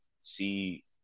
see